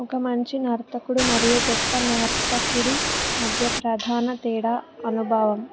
ఒక మంచి నర్తకుడు మరియు గొప్ప నర్తకుడి మధ్య ప్రధాన తేడా అనుభవం